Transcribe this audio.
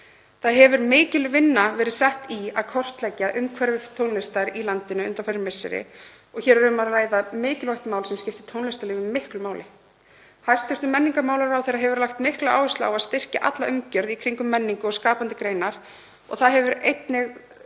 Það hefur mikil vinna verið sett í að kortleggja umhverfi tónlistar í landinu undanfarin misseri. Hér er um að ræða mikilvægt mál sem skiptir tónlistarlífið miklu máli. Hæstv. menningarmálaráðherra hefur lagt mikla áherslu á að styrkja alla umgjörð í kringum menningu og skapandi greinar. Þá hefur einnig